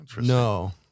no